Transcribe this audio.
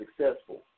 successful